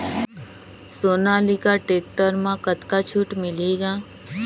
Sonalika tractor म कतका छूट मिलही ग?